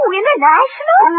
international